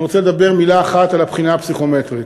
אני רוצה לומר מילה אחת על הבחינה הפסיכומטרית.